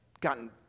gotten